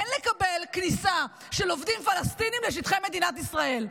אין לקבל כניסה של עובדים פלסטינים לשטחי מדינת ישראל.